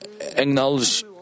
acknowledge